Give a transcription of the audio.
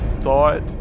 thought